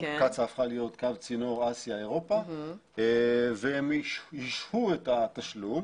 קצא"א הפכה להיות קו צינור אסיה-אירופה והם השהו את התשלום.